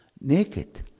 naked